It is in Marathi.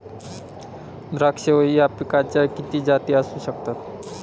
द्राक्ष या पिकाच्या किती जाती असू शकतात?